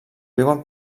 viuen